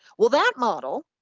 well, that model,